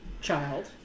child